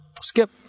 Skip